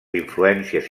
influències